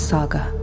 Saga